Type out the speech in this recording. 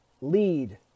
lead